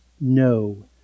no